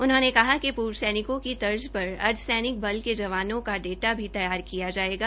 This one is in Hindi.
उन्होनें कहा कि पूर्व सैनिकों की तर्ज पर अर्ध सैनिक बल के जवानों का डाटा भी तैयार किया जाएगा